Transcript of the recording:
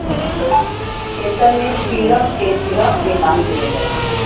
खेतन मे छीड़क छीड़क के पानी देवल जाला